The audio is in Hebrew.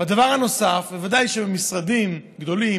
והדבר הנוסף: ודאי שבמשרדים גדולים,